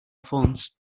phones